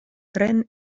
tren